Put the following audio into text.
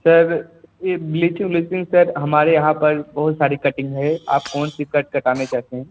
sir ये bleaching उलीचिंग sir हमारे यहाँ पर बहुत सारी कटिंग है आप कौनसी कट कटाना चाहते हैं